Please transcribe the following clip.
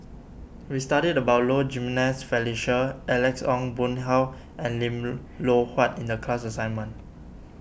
we studied about Low Jimenez Felicia Alex Ong Boon Hau and Lim Loh Huat in the class assignment